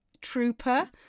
trooper